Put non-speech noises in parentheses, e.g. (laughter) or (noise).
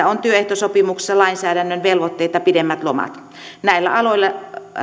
(unintelligible) on työehtosopimuksessa lainsäädännön velvoitteita pidemmät lomat näillä aloilla